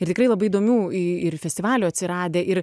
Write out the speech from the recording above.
ir tikrai labai įdomių ir festivalių atsiradę ir